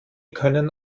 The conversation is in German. können